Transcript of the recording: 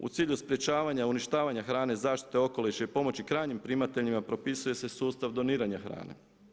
U cilju sprječavanja uništavanja hrane i zaštite okoliša i pomoći krajnjim primateljima propisuje se sustav doniranja hrane.